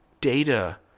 data